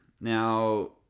Now